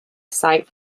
site